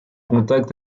contact